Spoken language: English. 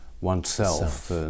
oneself